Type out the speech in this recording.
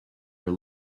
your